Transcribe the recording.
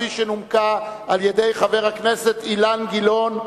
שנומקה על-ידי חבר הכנסת אילן גילאון.